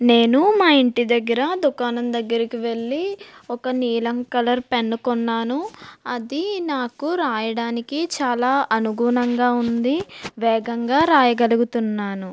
నేను మా ఇంటి దగ్గర దుకాణం దగ్గరకు వెళ్ళి ఒక నీలం కలర్ పెన్ను కొన్నాను అది నాకు వ్రాయడానికి చాలా అనుగుణంగా ఉంది వేగంగా వ్రాయగలుగుతున్నాను